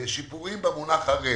שיפורים במונח ערב.